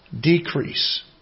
decrease